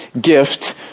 gift